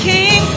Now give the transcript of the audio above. King